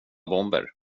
bomber